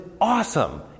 awesome